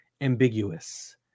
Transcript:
ambiguous